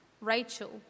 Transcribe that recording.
Rachel